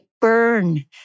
burn